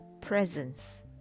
presence